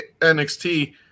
NXT